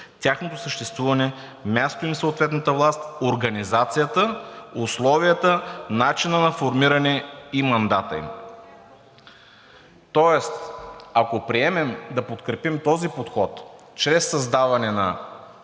тяхното съществуване, мястото им в съответната власт, организацията, условията, начинът на формиране и мандатът им.“ Тоест, ако приемем да подкрепим този подход чрез създаване на